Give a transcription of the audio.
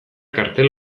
kartel